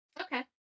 Okay